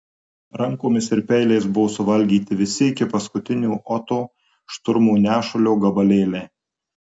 rankomis ir peiliais buvo suvalgyti visi iki paskutinio oto šturmo nešulio gabalėliai